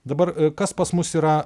dabar kas pas mus yra